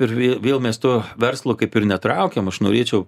ir vėl mes to verslo kaip ir netraukiam aš norėčiau